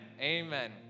amen